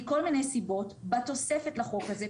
מכל מיני סיבות בתוספת לחוק הזה,